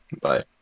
Bye